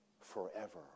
Forever